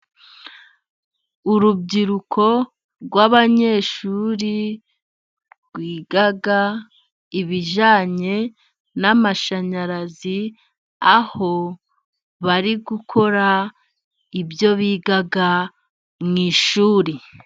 Urubyiruko rw'abanyeshuri rwiga ibijyanye n'amashanyarazi ,aho bari gukora ibyo biga mu ishuri.